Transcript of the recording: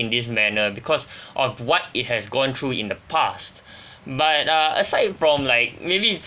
in this manner because of what it has gone through in the past but uh aside from like maybe